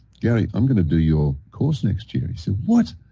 gary, i'm going to do your course next year. he said, what!